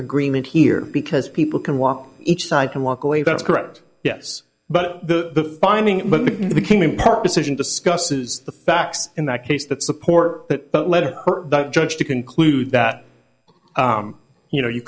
agreement here because people can walk each side can walk away that's correct yes but the finding became in part decision discusses the facts in that case that support that but let her judge to conclude that you know you